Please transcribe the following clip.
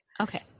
Okay